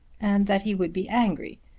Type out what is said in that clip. and that he would be angry.